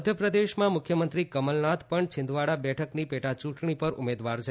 મધ્યપ્રદેશનાં મુખ્યમંત્રી કમલનાથ પણ છિંદવાડા બેઠકની પેટાયૂંટણી પર ઉમેદવાર છે